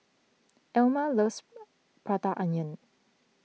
Ilma loves Prata Onion